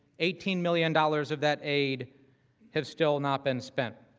eighteen million dollars of that aid has still not been spent.